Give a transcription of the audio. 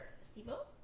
Steve-O